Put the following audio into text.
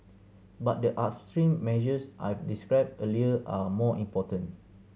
but the upstream measures I've described earlier are more important